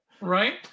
Right